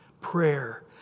Prayer